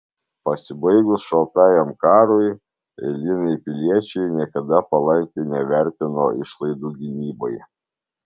pasibaigus šaltajam karui eiliniai piliečiai niekada palankiai nevertino išlaidų gynybai